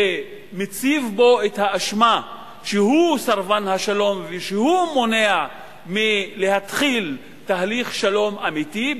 והטיל עליו את האשמה שהוא סרבן שלום ושהוא מונע התחלת תהליך שלום אמיתי,